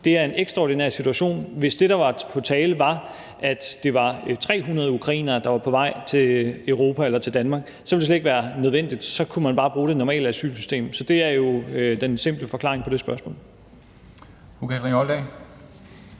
det er en ekstraordinær situation. Hvis det, der var på tale, var, at det var 300 ukrainere, der var på vej til Europa eller til Danmark, ville det slet ikke være nødvendigt, for så kunne man bare bruge det normale asylsystem. Så det er det simple svar på det spørgsmål.